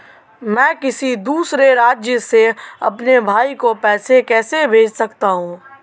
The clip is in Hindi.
मैं किसी दूसरे राज्य से अपने भाई को पैसे कैसे भेज सकता हूं?